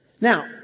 Now